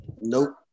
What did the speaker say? Nope